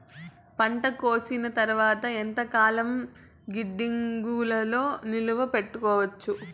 పంట కోసేసిన తర్వాత ఎంతకాలం గిడ్డంగులలో నిలువ పెట్టొచ్చు?